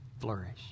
flourish